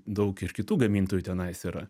daug iš kitų gamintojų tenais yra